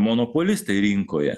monopolistai rinkoje